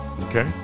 Okay